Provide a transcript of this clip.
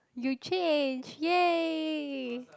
you changed yay